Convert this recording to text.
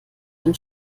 ein